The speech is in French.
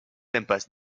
impasse